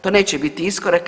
To neće biti iskorak.